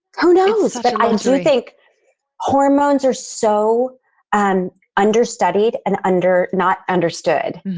who knows? but i do think hormones are so an understudied and under, not understood,